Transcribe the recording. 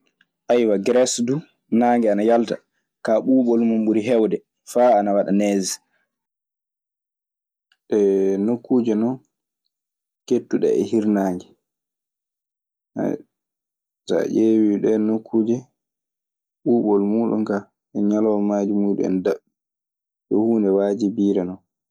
gerese dun nage ana yalta ka ɓubol mun ɓuri hewde fa ana waɗa nege. Ee nokkuuje non keeɗtuɗe e hirnaange. so a ƴeewii ɗee nokkuuje, ɓuuɓol muuɗun kaa, e ñalawmaaji muuɗun en daɓɓi. Yo huunde waajibiire non.